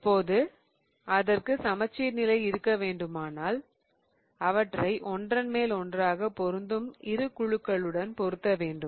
இப்போது அதற்கு சமச்சீர் நிலை இருக்க வேண்டுமென்றால் அவற்றை ஒன்றன் மேல் ஒன்றாக பொருந்தும் இரு குழுக்களுடன் பொருந்த வேண்டும்